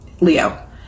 Leo